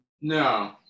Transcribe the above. No